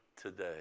today